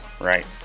right